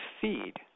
feed